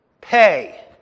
Pay